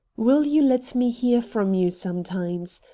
will you let me hear from you sometimes?